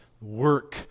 work